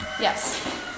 Yes